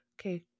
Okay